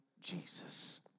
Jesus